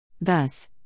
Thus